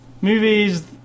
Movies